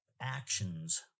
actions